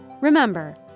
remember